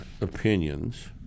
opinions